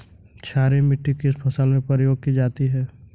क्षारीय मिट्टी किस फसल में प्रयोग की जाती है?